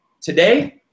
today